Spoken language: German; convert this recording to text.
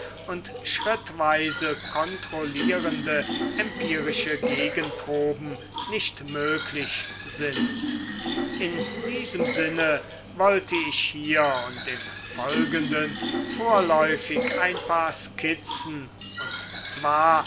und schrittweise kontrollierende empirische gegenproben nicht möglich sind s in diesem sinne wollte ich hier und im folgenden vorläufig ein paar skizzen und zwar